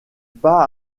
pas